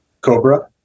Cobra